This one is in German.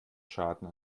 schaden